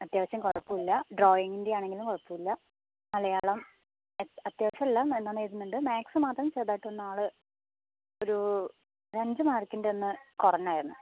അത്യാവശ്യം കുഴപ്പമില്ല ഡ്രോയിങ്ങിൻ്റെ ആണെങ്കിലും കുഴപ്പമില്ല മലയാളം അത്യാവശ്യം അല്ല നന്നായി എഴുതുന്നുണ്ട് മാത്സ് മാത്രം ചെറുതായിട്ടൊന്ന് ആള് ഒരു ഒരഞ്ച് മാർക്കിൻ്റെ ഒന്നു കുറഞ്ഞായിരുന്നു